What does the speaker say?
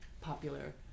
popular